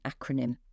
acronym